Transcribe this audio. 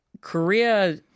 Korea